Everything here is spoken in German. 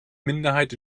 minderheit